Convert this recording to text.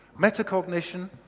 Metacognition